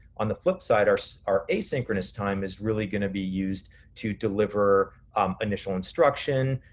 on the flip side, our so our asynchronous time is really gonna be used to deliver initial instruction,